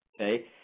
Okay